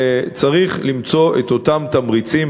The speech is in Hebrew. צריך למצוא את אותם תמריצים,